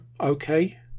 okay